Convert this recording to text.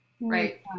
right